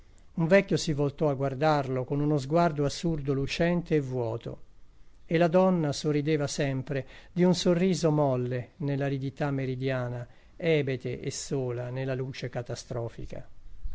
un vecchio si voltò a guardarlo con uno sguardo assurdo lucente e vuoto e la donna sorrideva sempre di un sorriso molle nell'aridità meridiana ebete e sola nella luce catastrofica